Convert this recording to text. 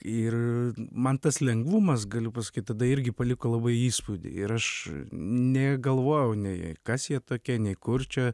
ir man tas lengvumas galiu pasakyt tada irgi paliko labai įspūdį ir aš negalvojau nei kas jie tokie nei kur čia